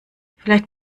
vielleicht